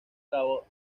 cabo